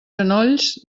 genolls